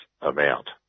amount